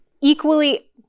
equally